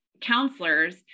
counselors